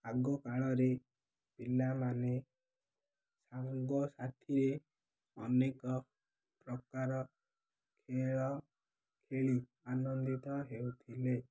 ଆଗକାଳରେ ପିଲାମାନେ ସାଙ୍ଗସାଥିରେ ଅନେକ ପ୍ରକାର ଖେଳ ଖେଳି ଆନନ୍ଦିତ ହେଉଥିଲେ